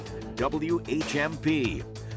WHMP